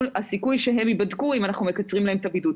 והסיכוי שהם ייבדקו אם אנחנו מקצרים להם את הבידוד.